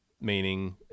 meaning